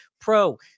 pro